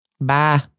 Bye